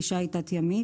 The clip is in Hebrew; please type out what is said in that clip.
כלי שיט תת ימי,